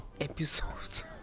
episodes